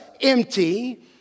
empty